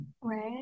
Right